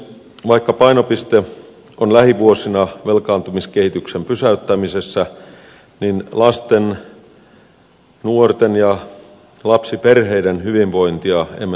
vaikka painopiste on lähivuosina velkaantumiskehityksen pysäyttämisessä niin lasten nuorten ja lapsiperheiden hyvinvointia emme saa unohtaa